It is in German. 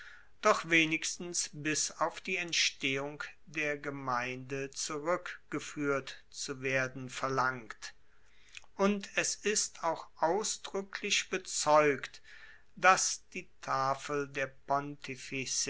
doch wenigstens bis auf die entstehung der gemeinde zurueckgefuehrt zu werden verlangt und es ist auch ausdruecklich bezeugt dass die tafel der